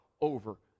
over